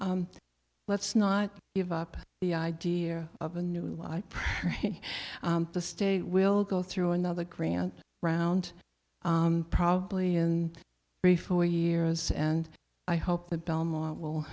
let's not give up the idea of a new life the state will go through another grant round probably and three four years and i hope the belmont